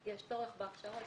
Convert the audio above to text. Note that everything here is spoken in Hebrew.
יש צורך בהכשרות.